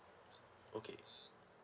okay